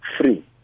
free